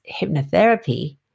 hypnotherapy